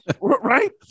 right